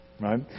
Right